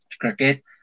cricket